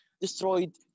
destroyed